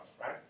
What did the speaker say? right